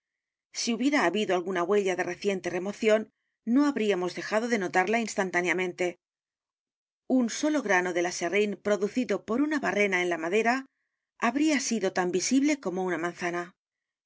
si hubiera habido alguna huella de reciente remoción no habríamos dejado de notarla instantáneamente un solo grano del aserrín producido por una barrena en la madera habría sido tan visible como una manzana